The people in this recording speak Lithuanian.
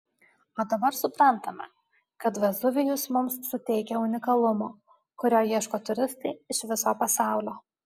o dabar suprantame kad vezuvijus mums suteikia unikalumo kurio ieško turistai iš viso pasaulio